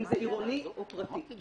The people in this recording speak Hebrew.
אם זה עירוני או פרטי.